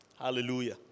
Hallelujah